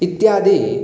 इत्यादि